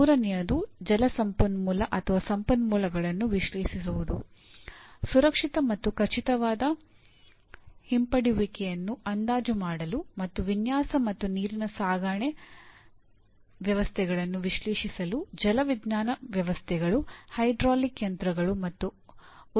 ಮೂರನೆಯದು ಜಲ ಸಂಪನ್ಮೂಲ ಸಂಪನ್ಮೂಲಗಳನ್ನು ವಿಶ್ಲೇಷಿಸಿಸುವುದು ಸುರಕ್ಷಿತ ಮತ್ತು ಖಚಿತವಾದ ಹಿಂಪಡೆಯುವಿಕೆಯನ್ನು ಅಂದಾಜು ಮಾಡಲು ಮತ್ತು ವಿನ್ಯಾಸ ಮತ್ತು ನೀರಿನ ಸಾಗಣೆ ವ್ಯವಸ್ಥೆಗಳನ್ನು ವಿಶ್ಲೇಷಿಸಲು ಜಲವಿಜ್ಞಾನ ವ್ಯವಸ್ಥೆಗಳು ಹೈಡ್ರಾಲಿಕ್ ಯಂತ್ರಗಳು ಮತ್ತು ಉಲ್ಬಣ ವ್ಯವಸ್ಥೆಗಳು